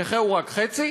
נכה הוא רק חצי?